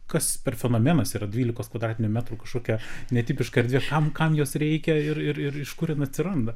kas per fenomenas yra dvylikos kvadratinių metrų kažkokia netipiška erdvė kam kam jos reikia ir ir iš kur jin atsiranda